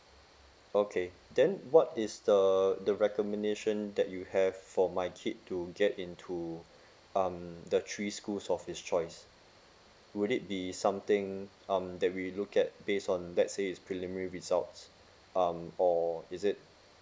okay then what is the the recommendation that you have for my kid to get in to um the three schools of his choice would it be something um that we look at base on let say is preliminary results um or is it